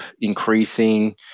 increasing